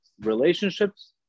relationships